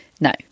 no